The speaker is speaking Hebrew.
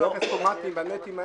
כל הכספונטים האלה